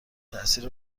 تاثیر